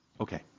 Okay